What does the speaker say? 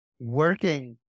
working